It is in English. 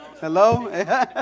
Hello